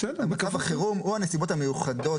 מצב החירום הוא הנסיבות המיוחדות.